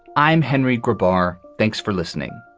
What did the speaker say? i'm henry rahbar. thanks for listening.